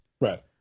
right